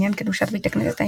חלק מבתי הכנסת העתיקים היו